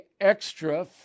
extra